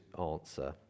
answer